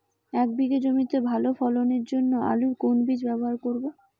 এক বিঘে জমিতে ভালো ফলনের জন্য আলুর কোন বীজ ব্যবহার করব?